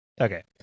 Okay